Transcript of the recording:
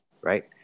right